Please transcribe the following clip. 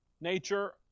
nature